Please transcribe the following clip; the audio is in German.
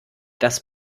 das